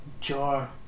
jar